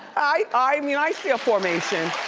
i i mean, i see a formation,